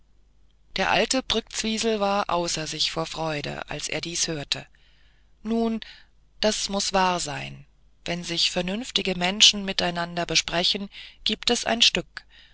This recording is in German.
der alte brktzwisl war außer sich vor freude als er dies hörte nun das muß wahr sein wenn sich vernünftige menschen miteinander besprechen gibt es ein stück